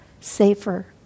safer